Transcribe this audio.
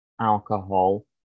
alcohol